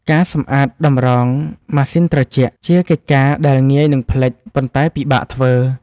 ការសម្អាតតម្រងម៉ាស៊ីនត្រជាក់ ជាកិច្ចការដែលងាយនឹងភ្លេច ប៉ុន្តែពិបាកធ្វើ។